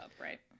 right